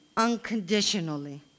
Unconditionally